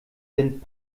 sind